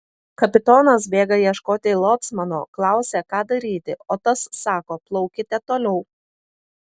kapitonas bėga ieškoti locmano klausia ką daryti o tas sako plaukite toliau